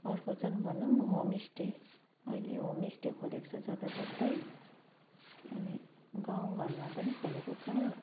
अर्को चाहिँ भनौँ होम स्टे अहिले होम स्टे खोलेको छ जताततै अनि गाउँ घरमा पनि खोलेको छ